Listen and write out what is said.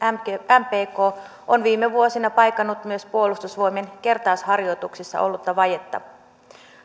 mpk on viime vuosina paikannut myös puolustusvoimien kertausharjoituksissa ollutta vajetta